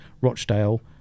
Rochdale